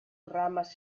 ramas